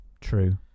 true